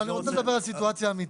אבל אני רוצה לדבר על סיטואציה אמיתית.